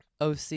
OC